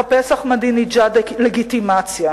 מחפש אחמדינג'אד לגיטימציה,